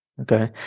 Okay